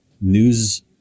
News